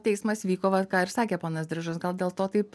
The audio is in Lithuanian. teismas vyko va ką ir sakė ponas drižas gal dėl to taip